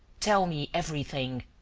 tell me everything.